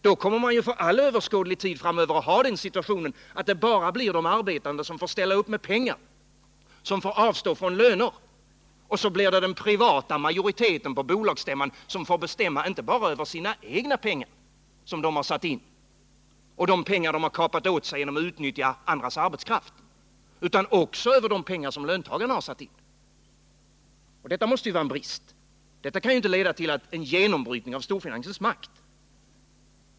Då kommer vi för all överskådlig tid framöver att ha den situationen att det är de arbetande som får ställa upp med pengar och avstå från löner medan det är den privata majoriteten på bolagsstämman som får bestämma, inte bara över egna insatta pengar och pengar som den har kapat åt sig genom att utnyttja andras arbetskraft utan också över de pengar som löntagarna har satt in. Detta måste vara en brist. Detta kan inte leda till en genombrytning av storfinansens makt.